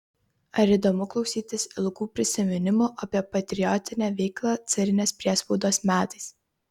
ar įdomu klausytis ilgų prisiminimų apie patriotinę veiklą carinės priespaudos metais